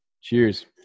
cheers